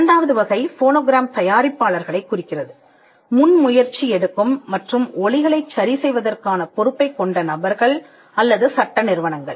இரண்டாவது வகை ஃபோனோகிராம் தயாரிப்பாளர்களைக் குறிக்கிறது முன்முயற்சி எடுக்கும் மற்றும் ஒலிகளைச் சரிசெய்வதற்கான பொறுப்பைக் கொண்ட நபர்கள் அல்லது சட்ட நிறுவனங்கள்